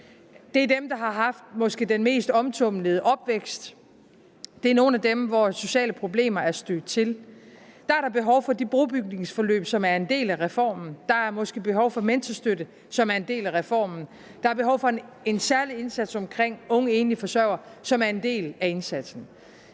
Det er dem, der måske har haft den mest omtumlede opvækst. Det er nogle af dem, hvor sociale problemer er stødt til. Der er der behov for de brobygningsforløb, som er en del af reformen. Der er måske behov for mentorstøtte, som er en del af reformen. Der er behov for en særlig indsats for unge enlige forsørgere, som er en del af indsatsen.